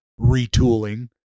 retooling